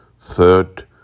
Third